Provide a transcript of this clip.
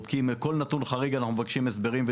כל נתון חריגה אנו מבקשים הסברים,